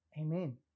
Amen